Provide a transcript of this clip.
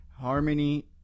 Harmony